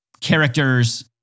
characters